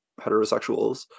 heterosexuals